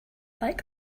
like